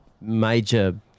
major